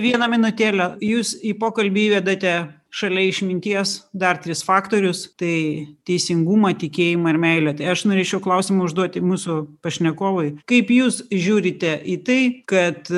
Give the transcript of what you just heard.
vieną minutėlę jūs į pokalbį įvedate šalia išminties dar tris faktorius tai teisingumą tikėjimą ir meilę tai aš norėčiau klausimą užduoti mūsų pašnekovui kaip jūs žiūrite į tai kad